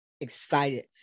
excited